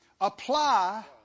apply